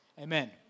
Amen